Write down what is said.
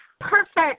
Perfect